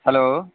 hello